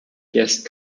guest